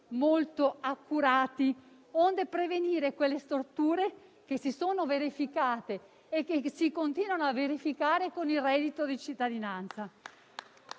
molto accurati, onde prevenire quelle storture che si sono verificate e che si continuano a verificare con il reddito di cittadinanza.